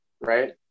right